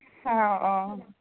অঁ অঁ